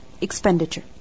Expenditure